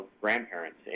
grandparents